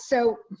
so